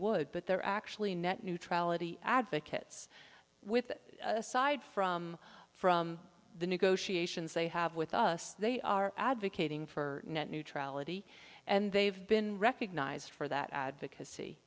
would but they're actually net neutrality advocates with aside from from the negotiations they have with us they are advocating for net neutrality and they've been recognized for that advocacy